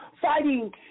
fighting